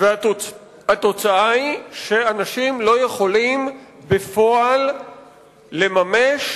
והתוצאה היא שאנשים לא יכולים בפועל לממש